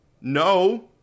No